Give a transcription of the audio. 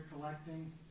Collecting